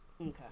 Okay